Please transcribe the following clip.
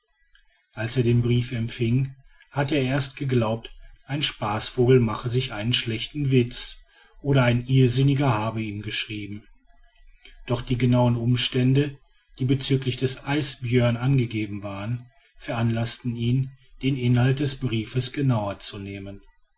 als er den brief empfing hatte er erst geglaubt ein spaßvogel mache sich einen schlechten witz oder ein irrsinniger habe ihn geschrieben doch die genauen umstände die bezüglich des isbjörn angegeben waren veranlaßten ihn den inhalt des briefes genauer zu nehmen